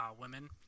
women